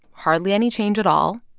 hardly any change at all.